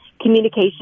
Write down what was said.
communication